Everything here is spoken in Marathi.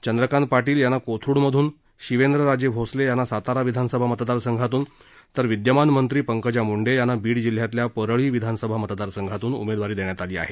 चंद्रकांत पाटील यांना कोथरुडमधून शिर्वेद्रराजे यांना सातारा विधानसभा मतदार संघातून तर मंत्री पंकजा मुंडे यांना बीड जिल्ह्यातल्या परळी विधानसभा मतदार संघातून उमेदवारी देण्यात आली आहे